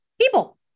people